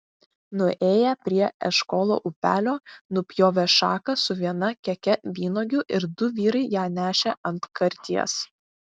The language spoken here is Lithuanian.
nuėję prie eškolo upelio nupjovė šaką su viena keke vynuogių ir du vyrai ją nešė ant karties